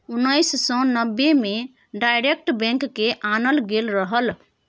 उन्नैस सय नब्बे मे डायरेक्ट बैंक केँ आनल गेल रहय